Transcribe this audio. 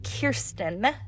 Kirsten